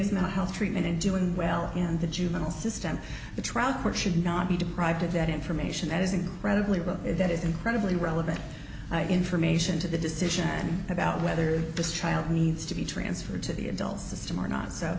his not health treatment and doing well in the juvenile system the trial court should not be deprived of that information that is incredibly low that is incredibly relevant information to the decision about whether this child needs to be transferred to the adult system or not so